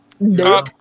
No